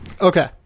Okay